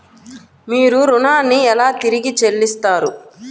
మీరు ఋణాన్ని ఎలా తిరిగి చెల్లిస్తారు?